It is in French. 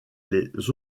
les